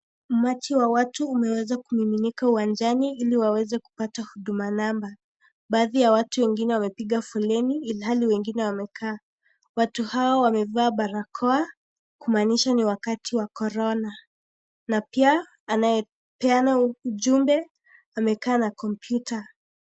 Umati wa watu umewezakumiminika uwanjani ili waweze kupata Huduma namba. Baadhi ya watu wengine wamepiga foleni ilhali wengine wamekaa. Watu hawa wamevaa barakoa, kumaanisha ni wakati wa korona. Na pia anayepeana huu ujumbe amekaa na kompyuta.